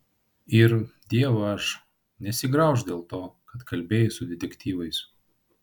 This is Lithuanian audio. ir dievaž nesigraužk dėl to kad kalbėjai su detektyvais